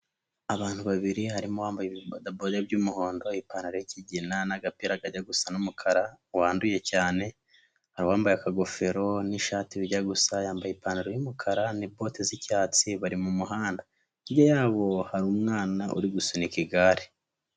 Abantu babiri, harimo uwambaye ibibodaboda by'umuhondo, ipantaro y'ikigina n'agapira kanjya gusa n'umukara, wanduye cyane, abambaye akangofero n'ishati bijya gusa, yambaye ipantaro y'umukara na bote z'icyatsi, bari mu muhanda, hirya yabo hari umwana uri gusunika igare.